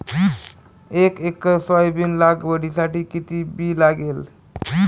एक acre soybean लागवडीसाठी किती बी लागेल?